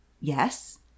Yes